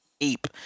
ape